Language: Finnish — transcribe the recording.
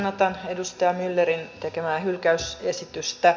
kannatan edustaja myllerin tekemää hylkäysesitystä